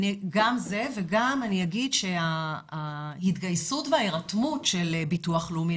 גם זה ואני אגיד שההתגייסות וההירתמות של ביטוח לאומי,